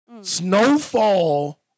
Snowfall